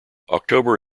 october